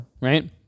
Right